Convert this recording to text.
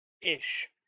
ish